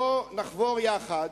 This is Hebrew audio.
היא: בוא נחבור יחד,